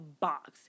box